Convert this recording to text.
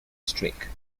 streak